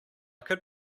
could